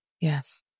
Yes